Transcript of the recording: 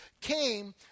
came